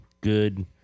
good